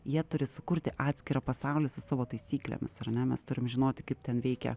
jie turi sukurti atskirą pasaulį su savo taisyklėmis ar ne mes turim žinoti kaip ten veikia